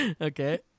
Okay